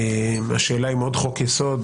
השאלה אם עוד חוק-יסוד